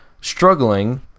struggling